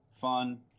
fun